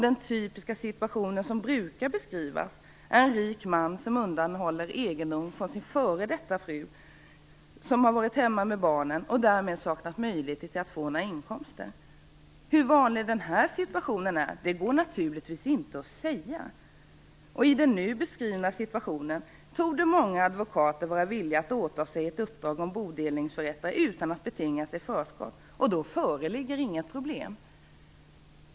Den typiska situationen som brukar beskrivas är en rik man som undanhåller egendom från sin f.d. fru, som har varit hemma med barnen och därmed saknat möjligheter att få några inkomster. Hur vanlig den här situationen är går naturligtvis inte att säga. I den nu beskrivna situationen torde många advokater vara villiga att åta sig ett uppdrag om bodelningsförrättning utan att betinga sig förskott, och då föreligger inget problem.